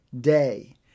day